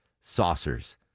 saucers